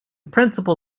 principal